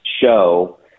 show